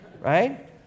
Right